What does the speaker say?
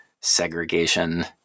segregation